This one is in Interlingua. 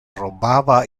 robava